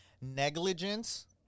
negligence